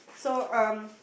so um